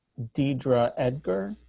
deidre edgar.